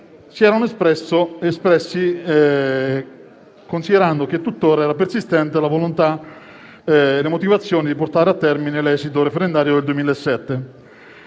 si erano espressi considerando che tuttora era persistente la motivazione di portare a termine l'esito referendario del 2007.